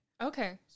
Okay